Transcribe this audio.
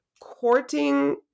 courting